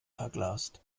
verglast